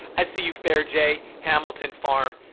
i see you fare jay, hamilton farm,